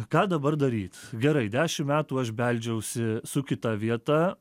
ką dabar daryt gerai dešim metų aš beldžiausi su kita vieta